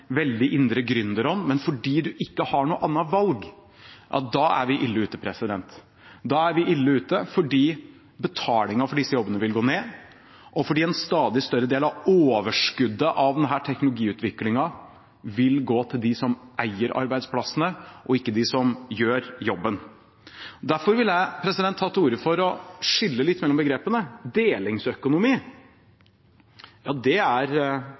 veldig indre gründerånd, men fordi man ikke har noe annet valg – er vi ille ute. Da er vi ille ute fordi betalingen for disse jobbene vil gå ned, og fordi en stadig større del av overskuddet av denne teknologiutviklingen vil gå til dem som eier arbeidsplassene, og ikke til dem som gjør jobben. Derfor vil jeg ta til orde for å skille litt mellom begrepene. Delingsøkonomi er utlån. Det er